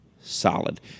solid